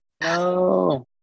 no